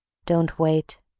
don't wait,